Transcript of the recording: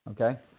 Okay